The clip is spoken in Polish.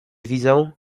widzą